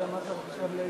השרים וחברי הכנסת,